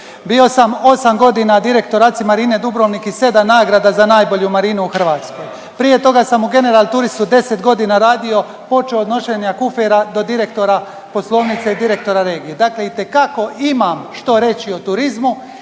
Bio sam 8.g. direktor ACI Marine Dubrovnik i 7 nagrada za najbolju Marinu u Hrvatskoj. Prije toga sam u Generalturistu 10.g. radio, počeo od nošenja kufera do direktora, Poslovnice direktora regije, dakle itekako imam što reći o turizmu